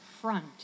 Front